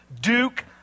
Duke